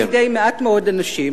שנמצא בידי מעט מאוד אנשים,